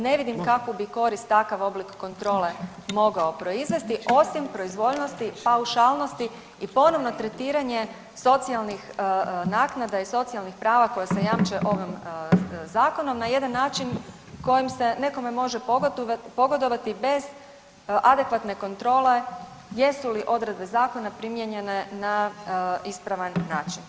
Ne vidim kakvu bi korist takav oblik kontrole mogao proizvesti osim proizvoljnosti, paušalnosti i ponovno tretiranje socijalnih naknada i socijalnih prava koja se jamče ovim zakonom na jedan način kojim se nekome može pogodovati bez adekvatne kontrole jesu li odredbe zakona primijenjene na ispravan način.